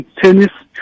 tennis